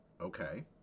Okay